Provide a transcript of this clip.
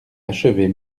achevez